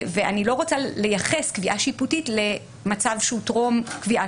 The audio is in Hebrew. אני לא רוצה לייחס קביעה שיפוטית למצב שהוא טרום קביעה